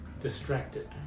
distracted